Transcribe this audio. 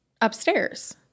upstairs